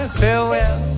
farewell